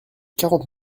quarante